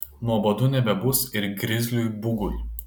nuobodu nebebus ir grizliui bugui